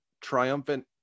triumphant